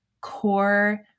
core